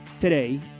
today